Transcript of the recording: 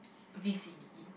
a V C D